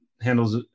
handles